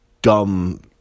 Dumb